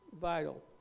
vital